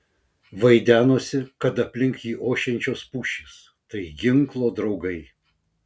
vaidenosi kad aplink jį ošiančios pušys tai ginklo draugai